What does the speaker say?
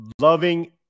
Loving